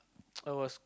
I was